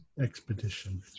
Expedition